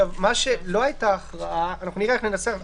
נראה איך לנסח את זה.